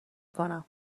کنم